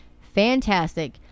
Fantastic